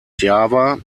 java